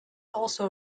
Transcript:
also